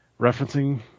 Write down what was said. referencing